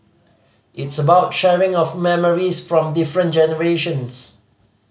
it's about sharing of memories from different generations